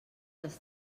dels